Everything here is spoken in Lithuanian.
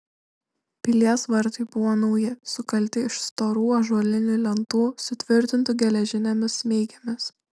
pilies vartai buvo nauji sukalti iš storų ąžuolinių lentų sutvirtintų geležinėmis smeigėmis